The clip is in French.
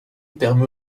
permet